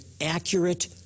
accurate